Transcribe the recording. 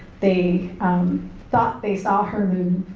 they thought they saw her move,